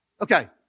Okay